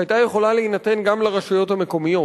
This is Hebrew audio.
שהיתה יכולה להינתן גם לרשויות המקומיות.